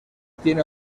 tiene